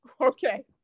Okay